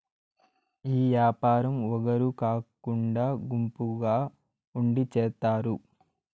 ఈ యాపారం ఒగరు కాకుండా గుంపుగా ఉండి చేత్తారు